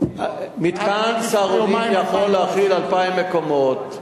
מתקן "סהרונים" יכול להכיל 2,000 מקומות.